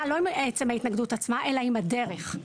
לא עם עצם ההתנגדות עצמה אלא עם הדרך,